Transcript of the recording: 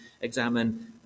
examine